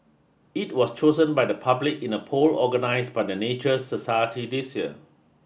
it was chosen by the public in a poll organised by the Nature Society this year